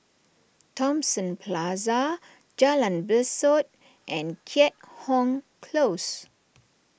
Thomson Plaza Jalan Besut and Keat Hong Close